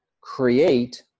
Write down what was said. create